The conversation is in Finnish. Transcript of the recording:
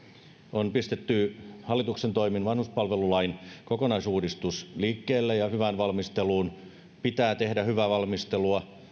on pistetty hallituksen toimin vanhuspalvelulain kokonaisuudistus liikkeelle ja hyvään valmisteluun pitää tehdä hyvää valmistelua tämä